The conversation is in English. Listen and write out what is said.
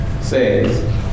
says